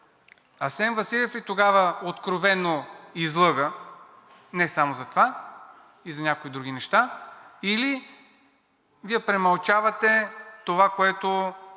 Асен Василев ли тогава откровено излъга – не само за това и за някои други неща, или Вие премълчавате това, което